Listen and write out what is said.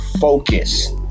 focus